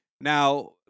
Now